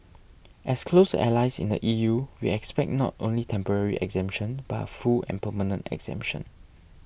as close allies in the E U we expect not only temporary exemption but a full and permanent exemption